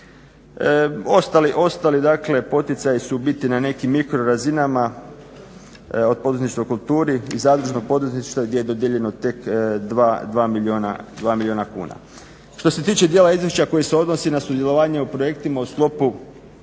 dakle poticaji su u biti na nekim mikro razinama od poduzetništva u kulturi i zadružnog poduzetništva gdje je dodijeljeno tek 2 milijuna kuna. Što se tiče dijela izvješća koji se odnosi na sudjelovanje u projektima u sklopu